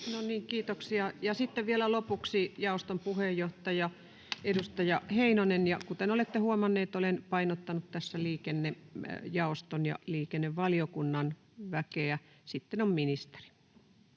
kiitoksia. — Sitten vielä lopuksi jaoston puheenjohtaja, edustaja Heinonen. — Kuten olette huomanneet, olen painottanut tässä liikennejaoston ja liikennevaliokunnan väkeä. — Sitten on ministeri.